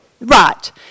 right